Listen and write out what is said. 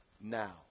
Now